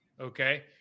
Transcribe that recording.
okay